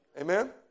Amen